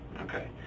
Okay